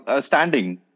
Standing